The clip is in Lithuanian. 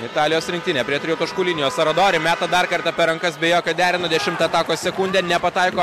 italijos rinktinė prie trijų taškų linijos aradori meta dar kartą per rankas be jokio derino dešimtą atakos sekundę nepataiko